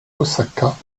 osaka